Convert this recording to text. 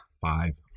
five